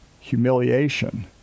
humiliation